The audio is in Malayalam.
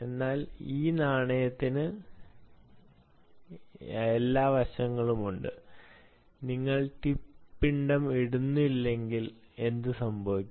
എന്നാൽ ഈ നാണയത്തിന് എല്ലാ വശങ്ങളുമുണ്ട് നിങ്ങൾ ടിപ്പ് മാസ് ഇടുന്നില്ലെങ്കിൽ എന്ത് സംഭവിക്കും